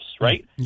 right